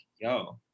yo